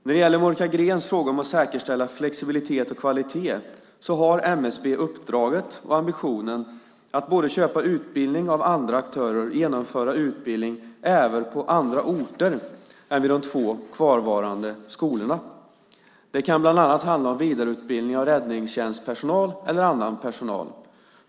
När det gäller Monica Greens fråga om att säkerställa flexibilitet och kvalitet har MSB uppdraget och ambitionen att både köpa utbildning av andra aktörer och genomföra utbildning även på andra orter än vid de två kvarvarande skolorna. Det kan bland annat handla om vidareutbildning av räddningstjänstpersonal eller annan personal.